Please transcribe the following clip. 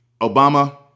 Obama